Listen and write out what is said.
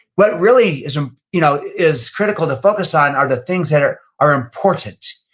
what really is um you know is critical to focus on are the things that are are important.